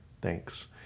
Thanks